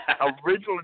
originally